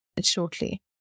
shortly